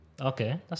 Okay